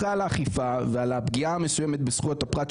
ועל הפגיעה המסוימת בזכויות הפרט,